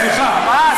סליחה,